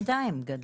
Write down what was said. גם ב-2 גדלו.